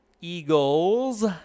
Eagles